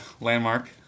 landmark